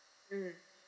mm